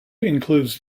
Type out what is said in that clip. includes